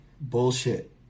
bullshit